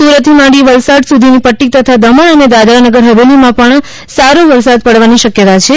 સુરત થી માંડી વલસાડ સુધીની પટ્ટી તથા દમણ અને દાદરા નગર હવેલીમાં પણ સારો વરસાદ પાડવાની શક્યતા છે